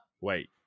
Wait